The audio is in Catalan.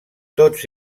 tots